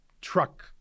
truck